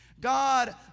God